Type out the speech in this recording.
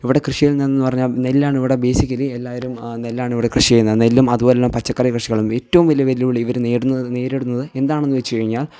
ഇവിടെ കൃഷിയിൽ നിന്ന് എന്ന് പറഞ്ഞാൽ നെല്ലാണ് ഇവിടെ ബേയ്സിക്കലി എല്ലാവരും നെല്ലാണ് ഇവിടെ കൃഷി ചെയ്യുന്നത് നെല്ലും അതുപോലെയുള്ള പച്ചക്കറി കൃഷികളും ഏറ്റവും വലിയ വെല്ലുവിളി ഇവർ നേരിടുന്നത് നേരിടുന്നത് എന്താണെന്ന് വച്ച് കഴിഞ്ഞാൽ